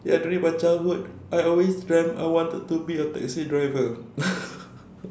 ya during my childhood I always dreamt I wanted to be a taxi driver